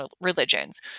religions